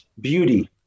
beauty